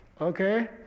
okay